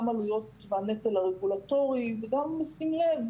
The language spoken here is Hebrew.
גם עלויות והנטל הרגולטורי וגם בשים לב